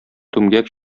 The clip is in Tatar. түмгәк